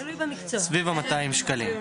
סביב ה-200 שקלים.